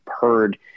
heard